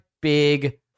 big